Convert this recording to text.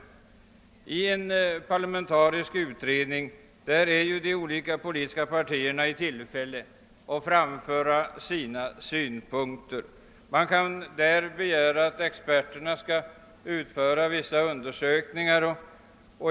I en parlamentarisk utredning får ju de olika politiska partierna tillfälle att framföra sina synpunkter. Man kan också begära att experterna skall utföra vissa undersökningar.